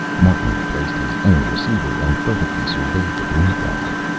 martin replaced his own receiver and furtively surveyed the broom-closet.